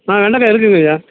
ஆ வெண்டைக்கா இருக்குங்கய்யா